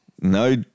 no